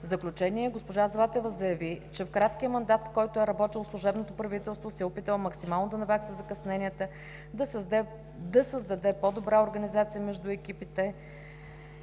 заключение госпожа Златева заяви, че в краткия мандат, в който е работило служебното правителство, се е опитала максимално да навакса закъсненията, да създаде по-добра организация между екипите,